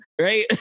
Right